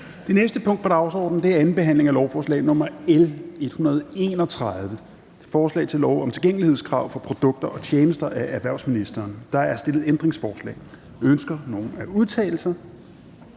Det næste punkt på dagsordenen er: 8) 2. behandling af lovforslag nr. L 131: Forslag til lov om tilgængelighedskrav for produkter og tjenester. Af erhvervsministeren (Simon Kollerup). (Fremsættelse